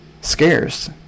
scarce